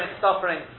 suffering